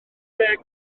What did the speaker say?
ddeng